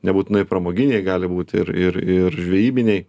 nebūtinai pramoginiai gali būt ir ir ir žvejybiniai